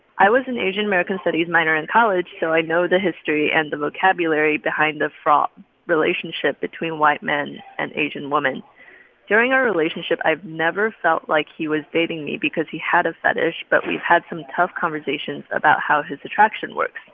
i was an asian-american studies minor in college, so i know the history and the vocabulary behind the fraught relationship between white men and asian women during our relationship, i've never felt like he was dating me because he had a fetish, but we've had some tough conversations about how his attraction works.